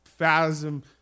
phasm